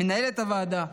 למנהלת הוועדה גב'